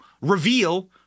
reveal